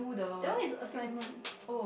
that one is assignment